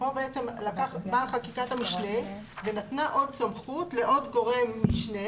כאן באה חקיקת המשנה ונתנה עוד סמכות לעוד גורם משנה